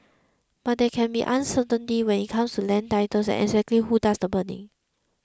but there can be uncertainty when it comes to land titles and exactly who does the burning